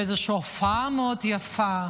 באיזושהי הופעה מאוד יפה,